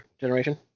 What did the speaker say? generation